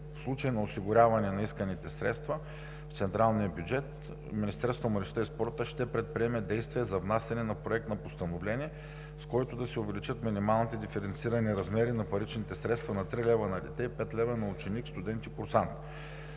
В случай на осигуряване на исканите средства в централния бюджет Министерството на младежта и спорта ще предприеме действия за внасяне на Проект на постановление, с който да се увеличат минималните диференцирани размери на паричните средства – 3 лв. на дете, и 5 лв. на ученик, студент и курсант.